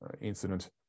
incident